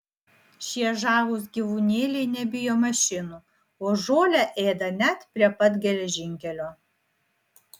šie žavūs gyvūnėliai nebijo mašinų o žolę ėda net prie pat geležinkelio